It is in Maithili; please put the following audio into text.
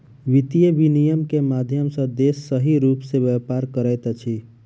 वित्तीय विनियम के माध्यम सॅ देश सही रूप सॅ व्यापार करैत अछि